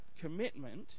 commitment